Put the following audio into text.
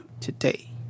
today